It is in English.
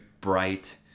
bright